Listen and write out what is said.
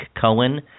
Cohen